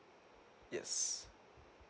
yes